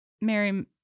Mary